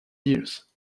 years